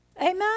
Amen